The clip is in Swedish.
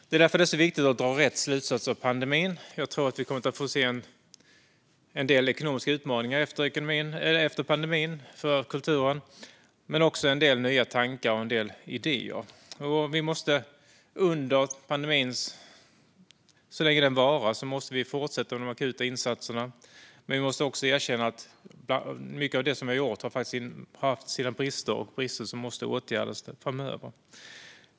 Det är därför så viktigt att dra rätt slutsatser av pandemin. Jag tror att vi kommer att få se en del ekonomiska utmaningar efter pandemin för kulturen och en del nya tankar och idéer. Så länge pandemin varar måste vi fortsätta med de akuta insatserna, men vi måste också erkänna att mycket av det som har gjorts har haft sina brister, vilka måste åtgärdas framöver.